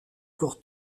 pour